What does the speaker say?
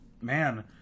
man